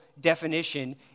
definition